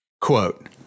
Quote